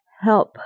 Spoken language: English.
help